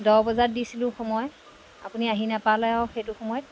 দহ বজাত দিছিলোঁ সময় আপুনি আহি নাপালে আৰু সেইটো সময়ত